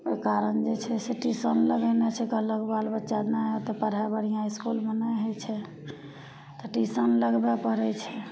ओहि कारण जे छै से टीसन लगेने छै कहलक बालबच्चा नहि आएत तऽ पढ़ाइ बढ़िआँ इसकुलमे नहि होइ छै तऽ टीसन लगबे पड़ै छै